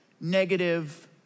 negative